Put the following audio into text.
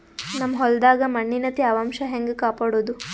ನಮ್ ಹೊಲದಾಗ ಮಣ್ಣಿನ ತ್ಯಾವಾಂಶ ಹೆಂಗ ಕಾಪಾಡೋದು?